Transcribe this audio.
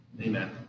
Amen